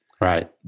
Right